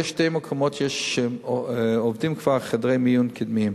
ויש שני מקומות שעובדים בהם כבר חדרי מיון קדמיים,